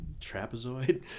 trapezoid